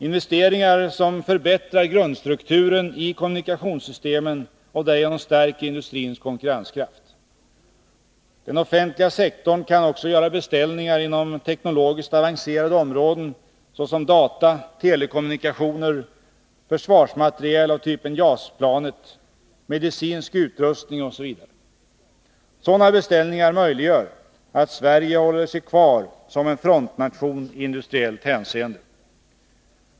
Investeringar som förbättrar grundstrukturen i kommunikationssystemen och därigenom stärker industrins konkurrenskraft. Den offentliga sektorn kan också göra beställningar inom teknologiskt avancerade områden såsom data, telekommunikationer, försvarsmateriel av typen JAS-planet, medicinsk utrustning osv. Sådana beställningar möjliggör att Sverige håller sig kvar som en frontnation i industriellt hänseende.